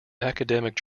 academic